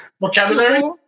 Vocabulary